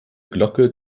glocke